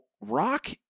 rock